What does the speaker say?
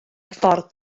ffordd